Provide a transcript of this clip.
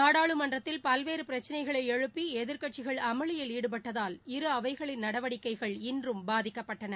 நாடாளுமன்றத்தில் பல்வேறு பிரச்சினைகளை எழுப்பி எதிர்க்கட்சிகள் அமளியில் ஈடுபட்டதால் காரணமாக இரு அவைகளின் நடவடிக்கைகள் இன்றும் பாதிக்கப்பட்டன